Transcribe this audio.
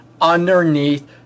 underneath